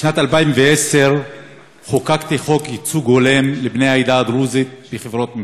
בשנת 2010 חוקקתי חוק ייצוג הולם לבני העדה הדרוזית בחברות ממשלתיות.